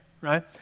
right